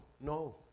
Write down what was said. no